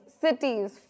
cities